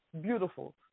beautiful